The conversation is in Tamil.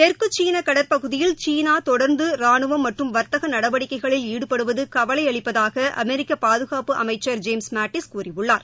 தெற்கு சீன கடற்பகுதியில் சீனா தொடர்ந்து ராணுவம் மற்றும் வாத்தக நடவடிக்கைகளில் ஈடுபடுவது கவலை அளிப்பதாக அமெரிக்க பாதுகாப்பு அமைச்சர் ஜேம்ஸ் மாட்டீஸ் கூறியுள்ளார்